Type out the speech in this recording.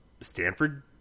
Stanford